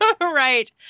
Right